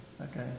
Okay